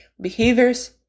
behaviors